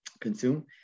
consume